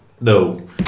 No